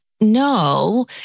no